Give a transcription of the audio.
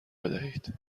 بدهید